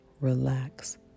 relax